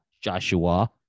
Joshua